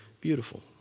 beautiful